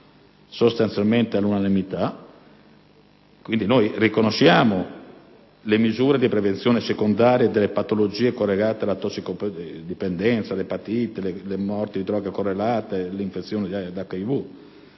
sostanzialmente all'unanimità. Quindi, noi riconosciamo talune misure di prevenzione secondaria delle patologie correlate alla tossicodipendenza (l'epatite, le morti di droga correlate, l'infezione da HIV).